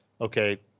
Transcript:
Okay